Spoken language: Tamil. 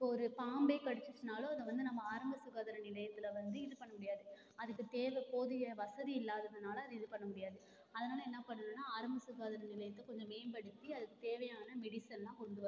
இப்போ ஒரு பாம்பு கடிச்சுட்டுனாலோ அதை வந்து நம்ம ஆரம்ப சுகாதார நிலையத்தில் வந்து இது பண்ண முடியாது அதுக்கு தேவை போதிய வசதி இல்லாததுனால அது இது பண்ண முடியாது அதனால் என்ன பண்ணணும்னா ஆரம்ப சுகாதார நிலையத்தை கொஞ்சம் மேம்படுத்தி அதுக்கு தேவையான மெடிசனெலாம் கொண்டு வரணும்